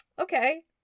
Okay